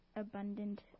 abundant